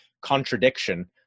contradiction